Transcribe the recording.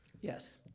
yes